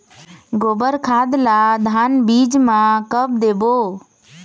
गोबर खाद ला धान बीज म कब देबो?